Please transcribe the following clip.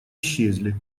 исчезли